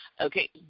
okay